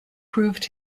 proved